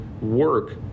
work